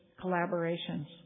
collaborations